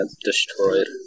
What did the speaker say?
destroyed